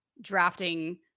drafting